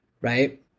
right